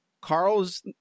Carl's